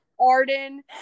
Arden